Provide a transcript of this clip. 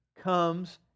comes